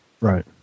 Right